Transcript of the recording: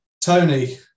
tony